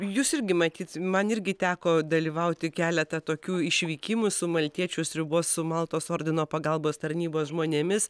jūs irgi matyt man irgi teko dalyvauti keletą tokių išvykimų su maltiečių sriubos su maltos ordino pagalbos tarnybos žmonėmis